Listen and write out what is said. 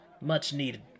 much-needed